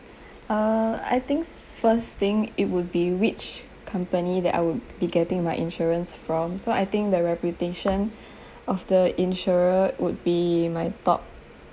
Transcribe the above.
err I think first thing it would be which company that I would be getting my insurance from so I think the reputation of the insurer would be my top